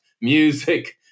music